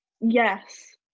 yes